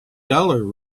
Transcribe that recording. dollar